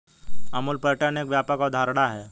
Amul pattern एक व्यापक अवधारणा है